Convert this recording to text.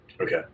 Okay